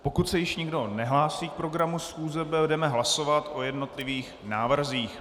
Pokud se již nikdo nehlásí k programu schůze, budeme hlasovat o jednotlivých návrzích.